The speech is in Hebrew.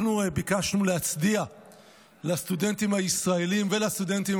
אנחנו ביקשנו להצדיע לסטודנטים הישראלים ולסטודנטים